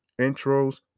intros